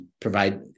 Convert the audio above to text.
provide